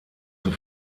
zur